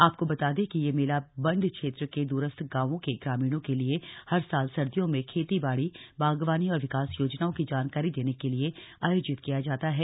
आपको बता दें कि यह मेला बंड क्षेत्र के दूरस्थ गांवों के ग्रामीणों के लिए हर साल सर्दियों में खेती बाड़ी बागवानी और विकास योजनाओं की जानकारी देने के लिए आयोजित किया जाता है